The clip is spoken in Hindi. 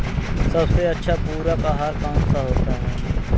सबसे अच्छा पूरक आहार कौन सा होता है?